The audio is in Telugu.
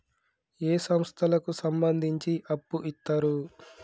ఏ సంస్థలకు సంబంధించి అప్పు ఇత్తరు?